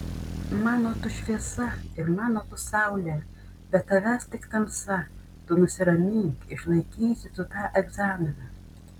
mano tu šviesa ir mano tu saulė be tavęs tik tamsa tu nusiramink išlaikysi tu tą egzaminą